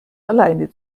alleine